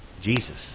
Jesus